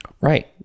right